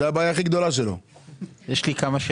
זו הבעיה הכי גדולה שלו.